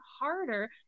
harder